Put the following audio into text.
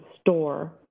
store